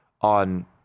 on